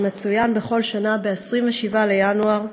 שמצוין בכל שנה ב-27 בינואר,